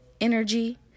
energy